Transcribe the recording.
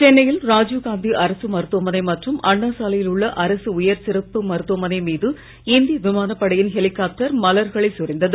சென்னையில் ராஜீவ் காந்தி அரசு மருத்துவமனை மற்றும் அண்ணா சாலையில் உள்ள அரசு உயர் சிறப்பு மருத்துவமனை மீது இந்திய விமானப்படையின் ஹெலிகாப்டர் மலர்களை சொரிந்தது